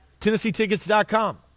TennesseeTickets.com